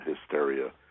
hysteria